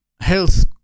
health